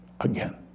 again